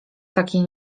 takiej